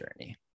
journey